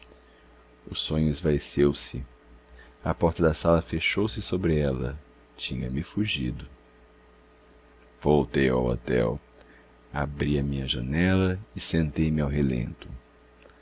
o sonho esvaeceu se a porta da sala fechou-se sobre ela tinha-me fugido voltei ao hotel abri a minha janela e sentei-me ao relento